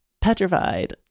Petrified